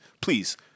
Please